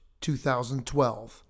2012